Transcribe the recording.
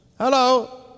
Hello